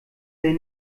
der